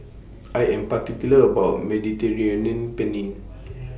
I Am particular about Mediterranean Penne